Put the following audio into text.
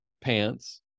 pants